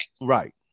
right